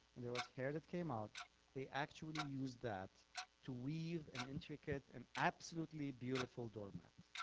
and there was hair that came out they actually use that to weave an intricate and absolutely beautiful doormat.